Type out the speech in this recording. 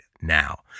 now